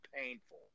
painful